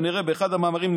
באחד המאמרים,